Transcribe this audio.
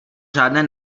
žádné